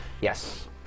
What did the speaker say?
Yes